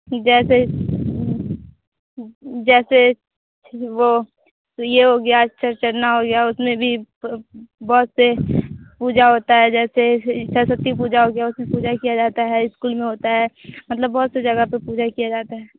जैसे जैसे वह यह हो गया चौरचरना हो गया उसमें भी बहुत से पूजा होता है जैसे सरस्वती पूजा हो गया उसमें पूजा किया जाता है इस्कूल में होता है मतलब बहुत सी जगह पर पूजा किया जाता है